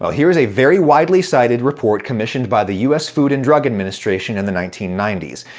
well, here is a very widely-cited report commissioned by the u s. food and drug administration in the nineteen ninety s.